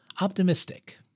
optimistic